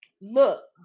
look